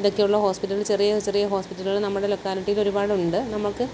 ഇതക്കെയുള്ള ഹോസ്പിറ്റലിൽ ചെറിയ ചെറിയ ഹോസ്പിറ്റല്കൾ നമ്മുടെ ലോക്കാലറ്റിയിൽ ഒരുപാടുണ്ട് നമുക്ക്